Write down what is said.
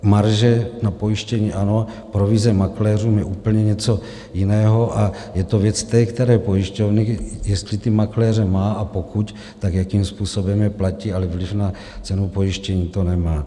Marže na pojištění ano, provize makléřům je úplně něco jiného a je to věc té které pojišťovny, jestli ty makléře má, a pokud, tak jakým způsobem je platí, ale vliv na cenu pojištění to nemá.